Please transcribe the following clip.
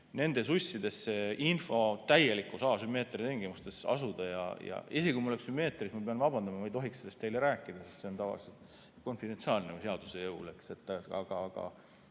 nende sussidesse info täieliku asümmeetria tingimustes asuda, ja isegi kui oleks sümmeetria, ma pean vabandama, ma ei tohiks sellest teile rääkida, sest see on tavaliselt konfidentsiaalne või seaduse jõul.